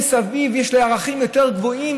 מסביב יש ערכים יותר גבוהים,